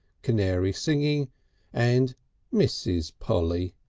canary singing and mrs. polly.